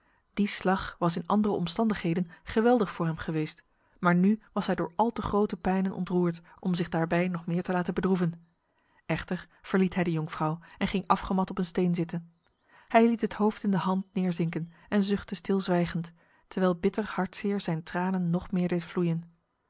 die slag was in andere omstandigheden geweldig voor hem geweest maar nu was hij door al te grote pijnen ontroerd om zich daarbij nog meer te laten bedroeven echter verliet hij de jonkvrouw en ging afgemat op een steen zitten hij liet het hoofd in de hand neerzinken en zuchtte stilzwijgend terwijl bitter hartzeer zijn tranen nog meer deed vloeien